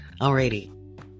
Alrighty